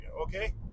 okay